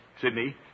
Sydney